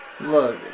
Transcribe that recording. Look